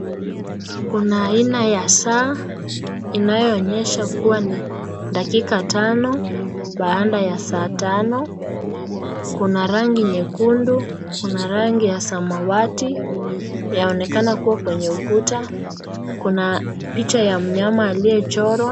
Kuna aina ya saa inayoonyesha kuwa ni dakika tano, baada ya saa tano, kuna rangi nyekundu na rangi ya samawati yaonekana kuwa kwenye ukuta kuna picha ya mnyama aliyechorwa.